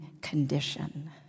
condition